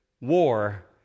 war